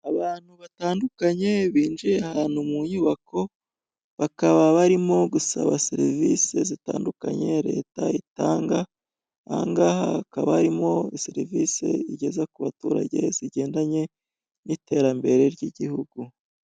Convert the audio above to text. Abantu batandukanye binjiye ahantu mu nyubako, bakaba barimo gusaba serivise zitandukanye leta itanga, ahangaha hakaba harimo serivise zigeza ku baturage zigendanye n'itera mbere ku gihugu.